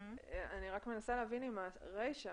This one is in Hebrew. אני רק מנסה להבין אם הרישה